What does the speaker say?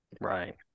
right